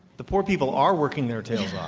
the poor people are working their tails off.